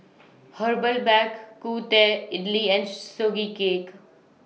Herbal Bak Ku Teh Idly and Sugee Cake